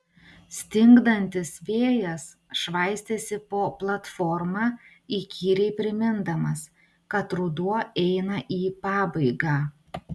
stingdantis vėjas švaistėsi po platformą įkyriai primindamas kad ruduo eina į pabaigą